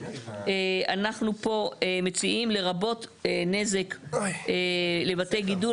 אנחנו פה מציעים "לרבות נזק לבתי גידול,